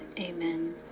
Amen